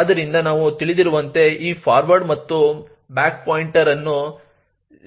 ಆದ್ದರಿಂದ ನಾವು ತಿಳಿದಿರುವಂತೆ ಈ ಫಾರ್ವರ್ಡ್ ಮತ್ತು ಬ್ಯಾಕ್ ಪಾಯಿಂಟರ್ ಅನ್ನು